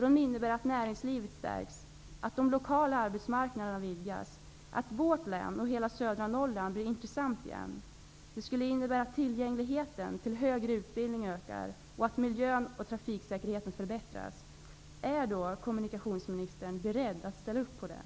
De innebär att näringslivet stärks, att de lokala arbetsmarknaderna vidgas och att vårt län och hela södra Norrland blir intressant igen. Det skulle innebära att tillgängligheten till högre utbildning ökar och att miljön och trafiksäkerheten förbättras. Är kommunikationsministern beredd att ställa upp på det?